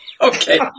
okay